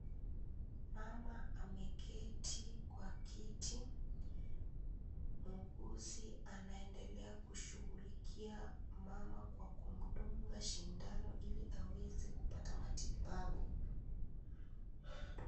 Mama ameketi kwa kiti, muuguzi anaendelea kushugulikia mama kwa kumdunga shindano ili aweze kupata matibabu.